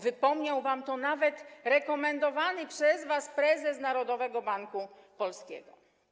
Wypomniał wam to nawet rekomendowany przez was prezes Narodowego Banku Polskiego.